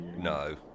No